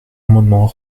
amendement